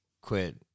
quit